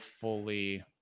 fully